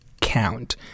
count